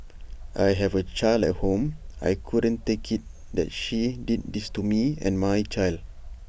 I have A child at home I couldn't take IT that she did this to me and my child